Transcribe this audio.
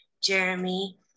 Jeremy